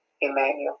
Emmanuel